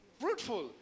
fruitful